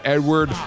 Edward